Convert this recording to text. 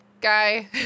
guy